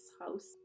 house